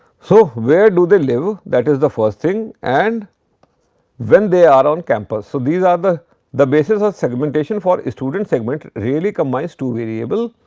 so, where do they live that is the first thing and when they are on campus. so, these are the the bases of segmentation for student segment really combines two variable.